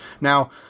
now